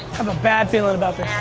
have a bad feeling about this.